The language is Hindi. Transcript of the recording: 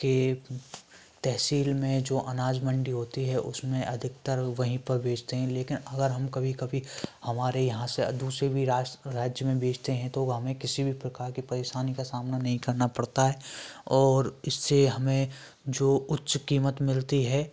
के तहसील में जो अनाज मंडी होती है उसमें अधिकतर वहीं पर बेचते हैं लेकिन अगर हम कभी कभी हमारे यहाँ से दूसरे भी राज राज्य में भेजते हैं तो हमें किसी भी प्रकार की परेशानी का सामना नहीं करना पड़ता है और इससे हमें जो उच्च कीमत मिलती है